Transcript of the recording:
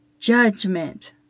judgment